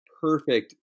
perfect